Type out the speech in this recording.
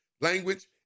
language